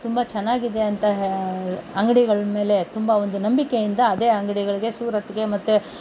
ತುಂಬ ಚೆನ್ನಾಗಿದೆ ಅಂತ ಹೇಳಿ ಅಂಗಡಿಗಳ ಮೇಲೆ ತುಂಬ ಒಂದು ನಂಬಿಕೆಯಿಂದ ಅದೇ ಅಂಗಡಿಗಳಿಗೆ ಸೂರತ್ಗೆ ಮತ್ತು